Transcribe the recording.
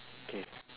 K